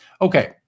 Okay